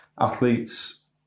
athletes